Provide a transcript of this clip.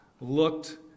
looked